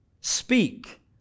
Speak